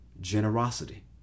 generosity